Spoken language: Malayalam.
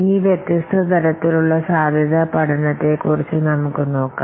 ഇനി വ്യത്യസ്ഥതരതിലുള്ള സാധ്യത പഠനത്തെ കുറിച്ച് നമുക്കു നോക്കാം